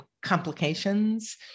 complications